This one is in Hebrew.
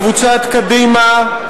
קבוצת קדימה,